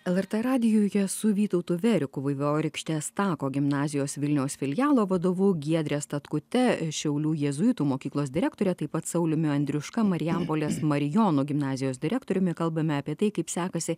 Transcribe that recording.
lrt radijuje su vytautu veriku vaivorykštės tako gimnazijos vilniaus filialo vadovu giedre statkute šiaulių jėzuitų mokyklos direktore taip pat sauliumi andriuška marijampolės marijonų gimnazijos direktoriumi kalbame apie tai kaip sekasi